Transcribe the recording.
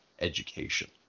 education